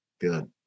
good